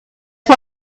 why